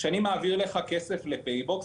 כשאני מעביר לך כסף ל"פייבוקס",